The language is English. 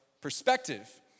perspective